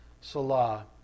salah